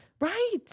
Right